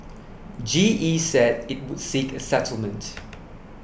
G E said it would seek a settlement